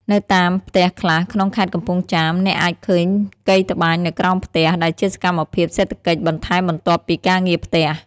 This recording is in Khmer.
នៅតាមផ្ទះខ្លះក្នុងខេត្តកំពង់ចាម អ្នកអាចឃើញកីត្បាញនៅក្រោមផ្ទះ ដែលជាសកម្មភាពសេដ្ឋកិច្ចបន្ថែមបន្ទាប់ពីការងារផ្ទះ។